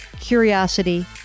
curiosity